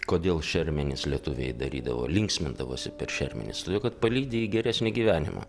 kodėl šermenis lietuviai darydavo linksmindavosi per šermenis todėl kad palydi į geresnį gyvenimą